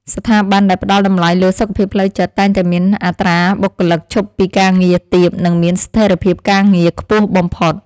ស្ថាប័នដែលផ្តល់តម្លៃលើសុខភាពផ្លូវចិត្តតែងតែមានអត្រាបុគ្គលិកឈប់ពីការងារទាបនិងមានស្ថិរភាពការងារខ្ពស់បំផុត។